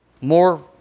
More